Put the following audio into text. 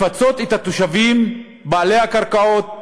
לפצות את התושבים בעלי הקרקעות,